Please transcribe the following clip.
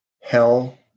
hell